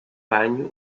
banho